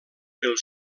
pel